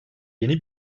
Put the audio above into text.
yeni